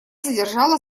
задержала